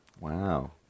Wow